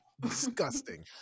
disgusting